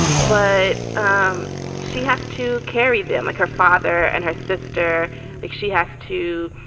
but um she has to carry them like her father and her sister, if she has to,